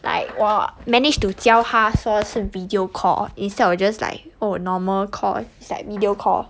like 我 managed to 教她说是 video call instead of just like oh normal call is like video call